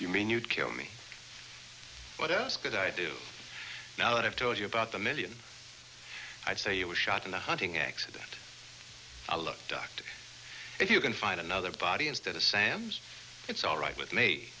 you mean you'd kill me what else could i do now that i've told you about the million i saw you was shot in the hunting accident a look if you can find another body instead assam's it's all right with me